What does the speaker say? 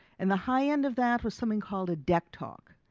and the high-end of that was something called a dectalk,